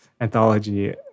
anthology